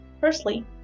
Firstly